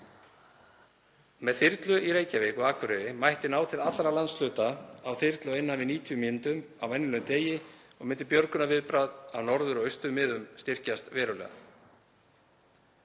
Með þyrlu í Reykjavík og á Akureyri mætti ná til allra landshluta á þyrlu á innan við 90 mínútum á venjulegum degi og myndi björgunarviðbragð á norður- og austurmiðum styrkjast verulega.